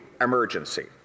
emergency